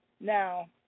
Now